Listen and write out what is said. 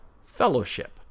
fellowship